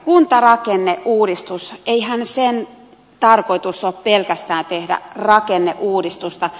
kuntarakenneuudistus eihän sen tarkoitus ole pelkästään tehdä rakenneuudistusta